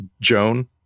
joan